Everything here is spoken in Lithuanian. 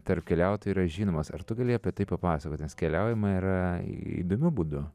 tarp keliautojų yra žinomas ar tu gali apie tai papasakoti nes keliaujama yra įdomiu būdu